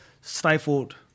stifled